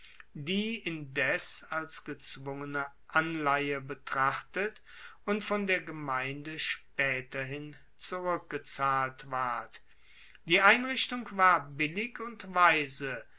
die indes als gezwungene anleihe betrachtet und von der gemeinde spaeterhin zurueckgezahlt ward die einrichtung war billig und weise